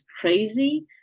crazy